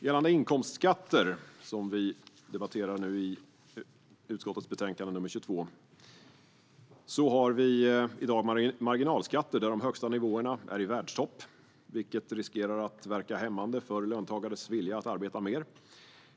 Gällande inkomstskatter - det vill säga dagens debatt om utskottets betänkande nr 22 - har Sverige i dag marginalskatter där de högsta nivåerna är i världstopp. Detta riskerar att verka hämmande på löntagares vilja att arbeta mer.